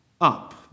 up